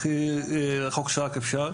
הכי רחוק שרק אפשר.